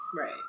right